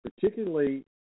particularly